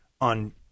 on